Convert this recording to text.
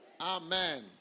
Amen